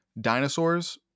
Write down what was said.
dinosaurs